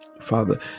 Father